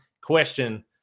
question